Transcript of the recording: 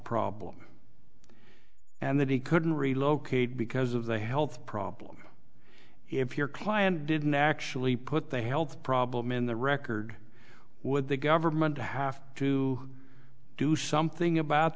problem and that he couldn't relocate because of the health problems if your client didn't actually put the health problem in the record would the government to have to do something about